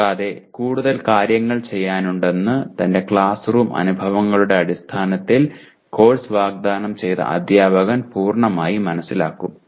കൂടാതെ കൂടുതൽ കാര്യങ്ങൾ ചെയ്യാനുണ്ടെന്ന് തന്റെ ക്ലാസ്റൂം അനുഭവങ്ങളുടെ അടിസ്ഥാനത്തിൽ കോഴ്സ് വാഗ്ദാനം ചെയ്ത അധ്യാപകൻ പൂർണ്ണമായി മനസ്സിലാക്കും